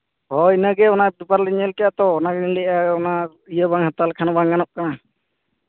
ᱦᱳᱭ ᱤᱱᱟᱹᱜᱮ ᱚᱱᱟ ᱯᱮᱯᱟᱨ ᱨᱮᱞᱤᱧ ᱧᱮᱞ ᱠᱮᱫᱟ ᱛᱚ ᱚᱱᱟᱜᱮᱞᱤᱧ ᱞᱟᱹᱭᱮᱫᱼᱟ ᱚᱱᱟ ᱤᱭᱟᱹ ᱵᱟᱝ ᱦᱟᱛᱟᱣ ᱞᱮᱠᱷᱟᱱ ᱦᱚᱸ ᱵᱟᱝ ᱜᱟᱱᱚᱜ ᱠᱟᱱᱟ